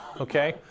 okay